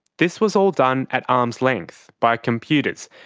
this was all done at arms' length, by computers,